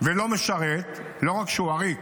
ולא משרת, לא רק שהוא עריק,